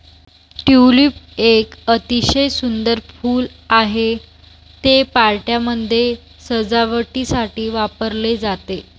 tulip एक अतिशय सुंदर फूल आहे, ते पार्ट्यांमध्ये सजावटीसाठी वापरले जाते